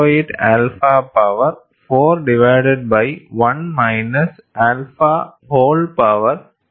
08 alpha power 4 divided by 1 minus alpha whole power 3 by 2